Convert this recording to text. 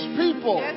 people